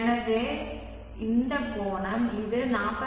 எனவே இந்த கோணம் இது 48